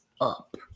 up